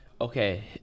okay